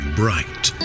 bright